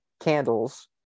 candles